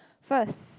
first